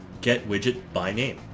getWidgetByName